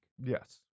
Yes